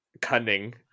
cunning